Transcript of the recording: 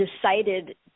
decided